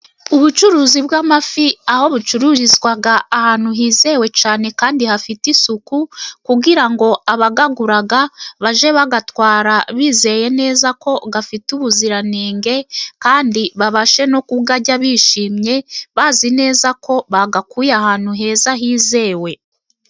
Ubucuruzi bw'amafi aho bucururizwa ahantu hizewe cyane kandi hafite isuku, kugira ngo abayagura bajye bayatwara bizeye neza ko afite ubuziranenge, kandi babashe no kuyarya bishimye, bazi neza ko bayakuye ahantu heza hizewe.